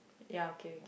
ya okay okay